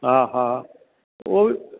हा हा उहो